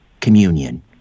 Communion